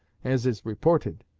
as is reported,